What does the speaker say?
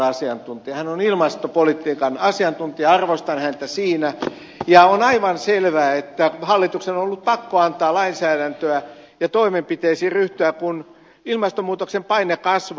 hän on ilmastopolitiikan asiantuntija arvostan häntä siinä ja on aivan selvää että hallituksen on ollut pakko antaa lainsäädäntöä ja toimenpiteisiin ryhtyä kun ilmastonmuutoksen paine kasvaa